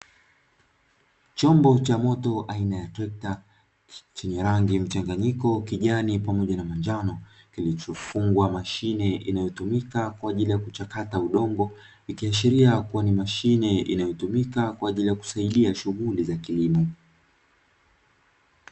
Chombo cha moto aina ya trekta chenye rangi mchanganyiko kijani pamoja na manjano kilichofungwa mashinme inayotumika kwaajili ya kuchakata udongo ikiashiria kuwa ni mashine inayotumika kwaajili ya kusaidia shuguli za kilimo.